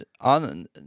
On